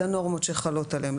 לנורמות שחלות עליהם,